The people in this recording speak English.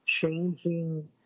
changing